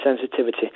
sensitivity